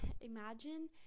imagine